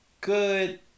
good